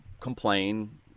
complain